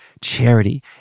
charity